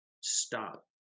stop